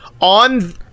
on